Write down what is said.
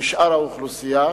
משאר האוכלוסייה,